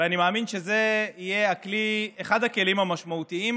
ואני מאמין שזה יהיה אחד הכלים המשמעותיים